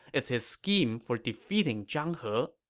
it's his scheme for defeating zhang he.